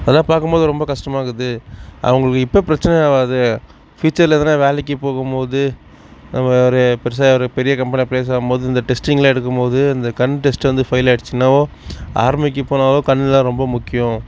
அதல்லாம் பார்க்கும் போது ரொம்ப கஷ்டமா இருக்குது அவங்களுக்கு இப்போ பிரச்சனையாகாது ஃப்யூச்சரில் எதுனா வேலைக்கு போகும் போது நம்ம ஒரு பெருசாக ஒரு பெரிய கம்பெனியில் ப்ளேஸ் ஆகும்போது இந்த டெஸ்டிங்லாம் எடுக்கும் போது இந்த கண் டெஸ்ட்டு வந்து ஃபெயில் ஆகிடிச்சின்னாவோ ஆர்மிக்கு போனாலும் கண்ணுலாம் ரொம்ப முக்கியம்